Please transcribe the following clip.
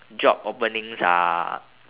job openings are